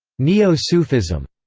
neo-sufism,